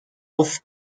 auf